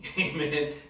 Amen